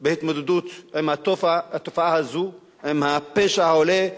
בהתמודדות עם התופעה הזאת, עם הפשע העולה וגואה,